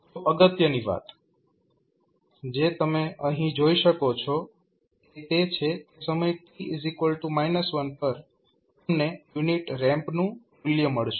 તો અગત્યની વાત જે તમે અહીં જોઈ શકો છો એ તે છે કે સમય t 1 પર તમને યુનિટ રેમ્પનું મૂલ્ય મળશે